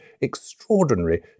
extraordinary